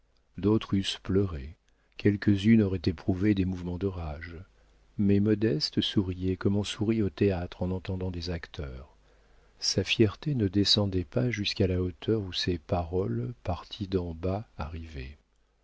d'autres eussent pleuré quelques unes auraient éprouvé des mouvements de rage mais modeste souriait comme on sourit au théâtre en entendant des acteurs sa fierté ne descendait pas jusqu'à la hauteur où ces paroles parties d'en bas